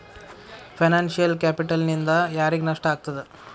Financial ಕ್ಯಾಪಿಟಲ್ನಿಂದಾ ಯಾರಿಗ್ ನಷ್ಟ ಆಗ್ತದ?